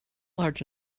large